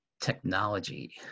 technology